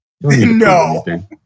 No